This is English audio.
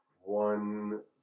one